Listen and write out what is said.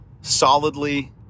solidly